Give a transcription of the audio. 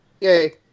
Yay